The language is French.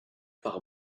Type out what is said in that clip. par